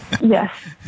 Yes